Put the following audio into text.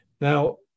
now